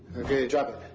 okay, drop it.